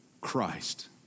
Christ